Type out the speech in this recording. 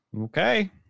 Okay